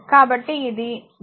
కాబట్టి ఇది G విలువ 0